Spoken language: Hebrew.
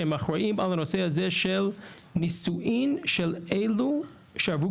שהם אחראים על הנושא הזה של נישואין של אילו שעברו